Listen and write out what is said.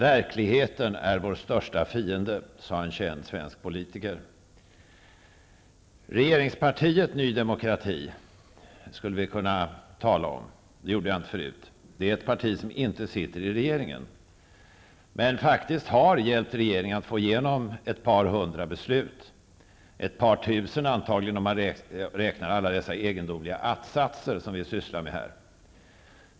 Verkligheten är vår största fiende, sade en känd svensk politiker. Regeringspartiet Ny demokrati skulle vi kunna tala om; det gjorde jag inte förut. Det är ett parti som inte sitter i regeringen, men faktiskt har hjälpt regeringen att få igenom ett par hundra beslut -- ett par tusen antagligen, om man räknar alla dessa egendomliga att-satser som vi sysslar med här.